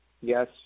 Yes